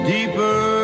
Deeper